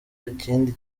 ikindi